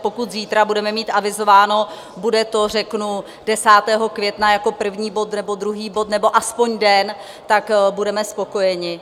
Pokud zítra budeme mít avizováno, bude to řeknu 10. května jako první nebo druhý bod, nebo aspoň den, tak budeme spokojeni.